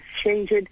changed